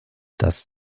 das